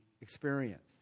experience